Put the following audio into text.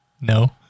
no